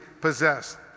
possessed